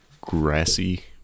grassy